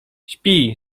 spij